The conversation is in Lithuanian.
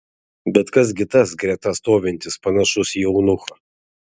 bet kas gi tas greta stovintis panašus į eunuchą